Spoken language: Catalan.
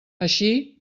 així